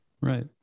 Right